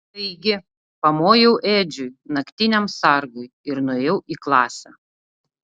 taigi pamojau edžiui naktiniam sargui ir nuėjau į klasę